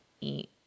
eat